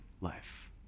life